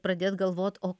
pradėt galvot o